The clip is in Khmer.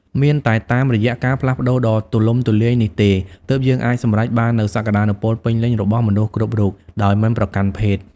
មានតែតាមរយៈការផ្លាស់ប្តូរដ៏ទូលំទូលាយនេះទេ ទើបយើងអាចសម្រេចបាននូវសក្តានុពលពេញលេញរបស់មនុស្សគ្រប់រូប ដោយមិនប្រកាន់ភេទ។